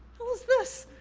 hell's this?